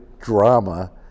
drama